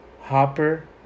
Hopper